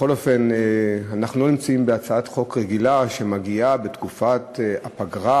בכל אופן אנחנו לא נמצאים בהצעת חוק רגילה: היא מגיעה בתקופת הפגרה,